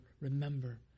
remember